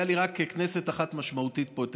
הייתה לי רק כנסת אחת משמעותית פה,